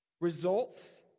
results